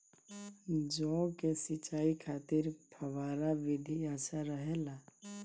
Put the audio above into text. जौ के सिंचाई खातिर फव्वारा विधि अच्छा रहेला?